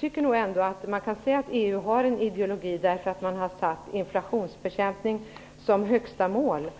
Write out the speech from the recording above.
tycker nog ändå att man kan säga att EU har en ideologi därför att man har satt inflationsbekämpningen som högsta mål.